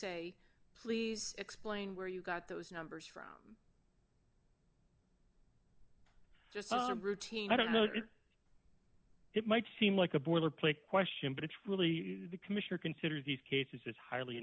say please explain where you got those numbers from just a routine i don't know if it might seem like a boilerplate question but it's really the commissioner considers these cases is highly